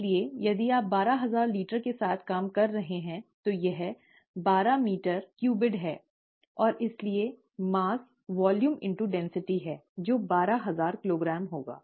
इसलिए यदि आप बारह हजार लीटर के साथ काम कर रहे हैं तो यह बारह मीटर क्यूबिक है ठीक है और इसलिए द्रव्यमान वॉल्यूम into घनत्व है जो बारह हजार किलोग्राम होगा